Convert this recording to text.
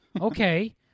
Okay